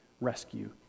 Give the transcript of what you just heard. rescue